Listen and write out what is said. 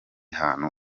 hantu